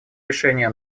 решения